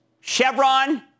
Chevron